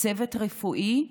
מצוות רפואי,